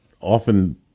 often